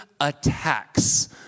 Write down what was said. attacks